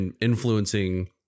influencing